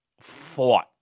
fought